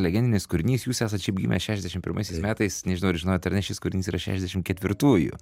legendinis kūrinys jūs esat šiaip gimęs šešiasdešimt pirmaisiais metais nežinau ar žinot ar ne šis kūrinys yra šešiasdešimt ketvirtųjų